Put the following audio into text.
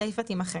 הסיפה תימחק,